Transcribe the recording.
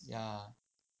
ya